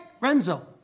Renzo